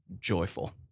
joyful